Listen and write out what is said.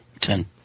ten